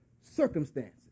circumstances